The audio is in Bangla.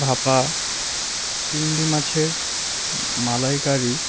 ভাপা চিংড়ি মাছের মালাইকারি